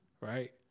right